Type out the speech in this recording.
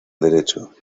derecho